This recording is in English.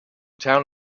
town